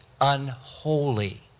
unholy